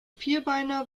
vierbeiner